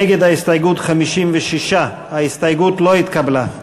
56. ההסתייגות לא התקבלה.